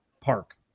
park